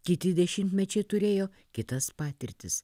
kiti dešimtmečiai turėjo kitas patirtis